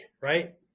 right